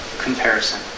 comparison